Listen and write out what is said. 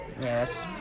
Yes